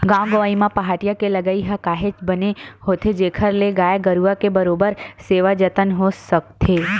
गाँव गंवई म पहाटिया के लगई ह काहेच बने होथे जेखर ले गाय गरुवा के बरोबर सेवा जतन हो सकथे